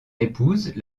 épouse